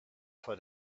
for